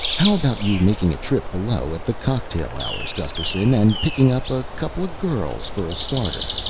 how about you making a trip below at the cocktail hours, gusterson, and picking up a couple of girls for a starter?